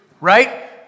right